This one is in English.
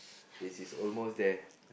is is almost there